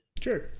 Sure